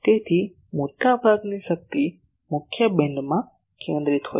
તેથી મોટાભાગની શક્તિ મુખ્ય બીમમાં કેન્દ્રિત છે